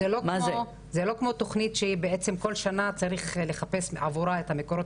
זה לא כמו תוכנית שכל שנה צריך לחפש עבורה את המקורות